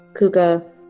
Kuga